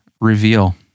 reveal